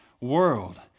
world